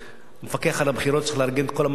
מפקח על הבחירות, צריך לארגן את כל המערך שלו.